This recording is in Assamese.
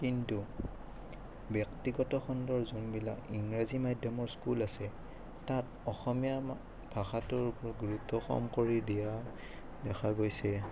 কিন্তু ব্যক্তিগত খণ্ডৰ যোনবিলাক ইংৰাজী মাধ্যমৰ স্কুল আছে তাত অসমীয়া ভাষাটোৰ ওপৰত গুৰুত্ব কম কৰি দিয়া দেখা গৈছে